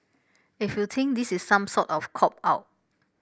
if you think this is some sort of cop out